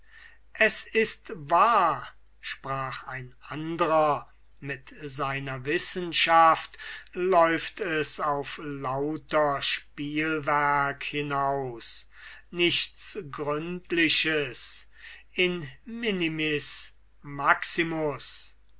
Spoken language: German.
es ist wahr sprach ein andrer mit seiner wissenschaft läuft es auf lauter spielwerk hinaus nichts gründliches in minimis